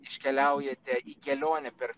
iškeliaujate į kelionę per